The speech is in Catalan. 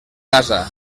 casa